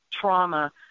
trauma